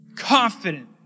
Confident